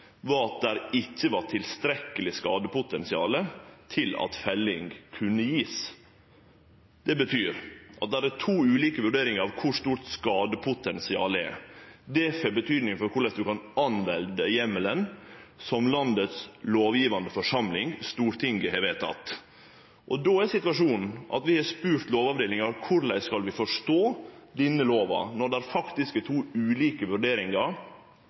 var at det ikkje var tilstrekkeleg skadepotensial til at felling kunne verte gjeve. Det betyr at det er to ulike vurderingar av kor stort skadepotensialet er. Det får betyding for korleis ein kan bruke heimelen som landets lovgjevande forsamling, Stortinget, har vedteke. I den situasjonen har vi spurt Lovavdelinga om korleis ein skal forstå denne lova, når det faktisk er to ulike vurderingar